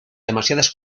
demasiadas